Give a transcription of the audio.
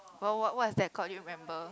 what what what is that called do you remember